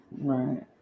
Right